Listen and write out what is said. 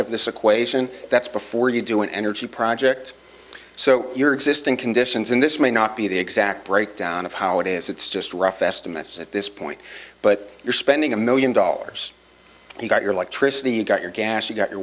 of this equation that's before you do an energy project so your existing conditions and this may not be the exact breakdown of how it is it's just rough estimates at this point but you're spending a million dollars he got your like tricity you got your gas you got your